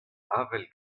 avel